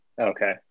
Okay